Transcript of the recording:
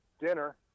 Dinner